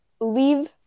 leave